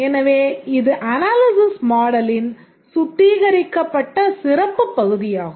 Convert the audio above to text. எனவே இது அனாலிசிஸ் மாடலின் சுத்திகரிக்கப்பட்ட சிறப்பு பகுதியாகும்